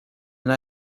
and